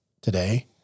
today